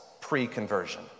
pre-conversion